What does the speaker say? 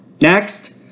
Next